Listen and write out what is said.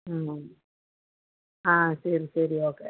ആണോ ആ ശരി ശരി ഓക്കെ